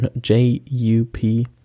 j-u-p